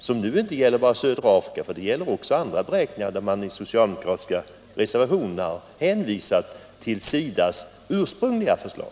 Beräkningar av det slaget gör socialdemokraterna inte bara när det gäller södra Afrika, utan också i de andra socialdemokratiska reservationerna har man hänvisat till SIDA:s ursprungliga förslag.